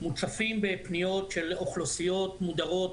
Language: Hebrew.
מוצפים בפניות של אוכלוסיות מודרות,